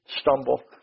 stumble